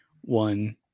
one